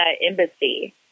Embassy